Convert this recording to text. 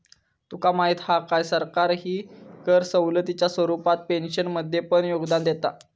तुका माहीत हा काय, सरकारही कर सवलतीच्या स्वरूपात पेन्शनमध्ये पण योगदान देता